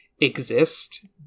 exist